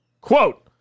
quote